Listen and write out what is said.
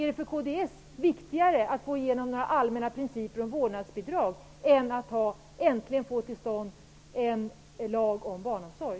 Är det för kds viktigare att gå igenom några allmänna principer om vårdnadsbidrag än att äntligen få till stånd en lag om barnomsorg?